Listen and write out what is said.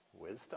Wisdom